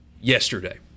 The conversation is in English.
yesterday